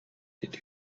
did